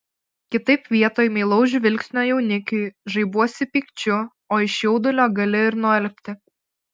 kitaip vietoj meilaus žvilgsnio jaunikiui žaibuosi pykčiu o iš jaudulio gali ir nualpti